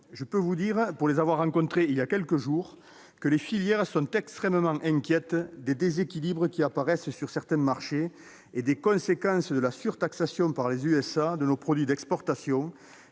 je peux vous dire, pour avoir rencontré leurs représentants il y a quelques jours, que les filières sont extrêmement inquiètes des déséquilibres qui apparaissent sur certains marchés et des conséquences de la surtaxation par les États-Unis de nos produits d'exportation.